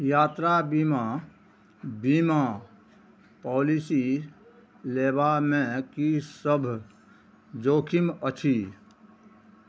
यात्रा बीमा बीमा पॉलिसी लेबामे किसब जोखिम अछि